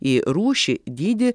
į rūšį dydį